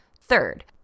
Third